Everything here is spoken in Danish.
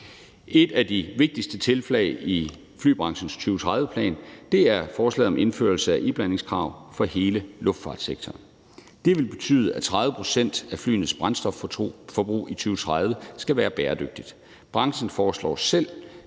Et af de vigtigste tiltag i flybranchens 2030-plan er forslaget om indførelsen af iblandingskravet for hele luftfartssektoren. Det betyder, at 30 pct. af flyenes brændstofforbrug i 2030 skal være bæredygtigt. Branchen foreslår selv